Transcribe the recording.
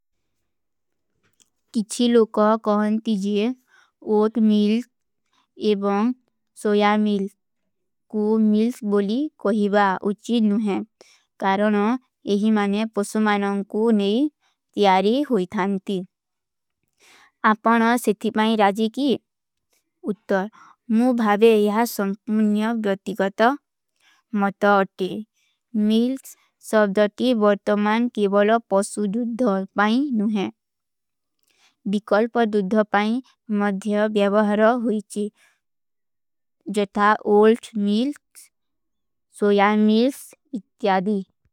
କିଛୀ ଲୋଗା କହନତୀ ଜିଯେ ଓତ ମିଲ୍ସ ଏବଂ ସୋଯା ମିଲ୍ସ କୋ ମିଲ୍ସ ବୋଲୀ କହିଵା ଉଚୀଦ ନୁହୈଂ, କାରଣ ଏହୀ ମାନେ ପସୁମାନାଂ କୋ ନହୀଂ ତିଯାରୀ ହୋଈ ଥାନତୀ। ଅପନା ସିତିମାଈ ରାଜୀ କୀ। ଉତ୍ତର, ମୁ ଭାଵେ ଯହା ସଂକ୍ମୁନ୍ଯ ଵ୍ଯାତିଗତ ମତ ଅଟେ। ମିଲ୍ସ ସଵଧଟୀ ଵର୍ତମାନ କେଵଲ ପସୁଦୁଧପାଈ ନୁହୈଂ। ଵିକଲ୍ପଦୁଧପାଈ ମଧ୍ଯଵ୍ଯଵହର ହୁଈଚୀ। ଜଥା ଓଲ୍ଟ ମିଲ୍ସ, ସୋଯା ମିଲ୍ସ, ଇତ୍ଯାଦୀ।